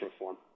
reform